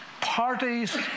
parties